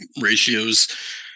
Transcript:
ratios